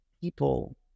people